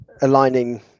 aligning